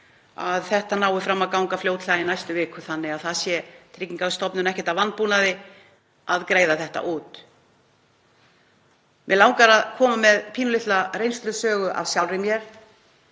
að þetta nái fram að ganga fljótlega í næstu viku þannig að Tryggingastofnun sé ekkert að vanbúnaði að greiða þetta út. Mig langar að koma með pínulitla reynslusögu af sjálfri mér.